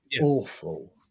awful